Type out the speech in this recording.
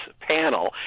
panel